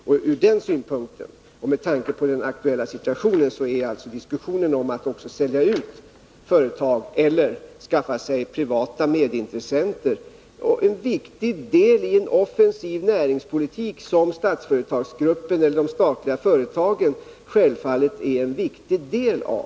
Från den synpunkten och med tanke på den aktuella situationen är diskussionen om att sälja ut företag eller skaffa sig privata medintressenter en viktig del i en offensiv näringspolitik, som Statsföretagsgruppen eller de statliga företagen självfallet är en viktig del av.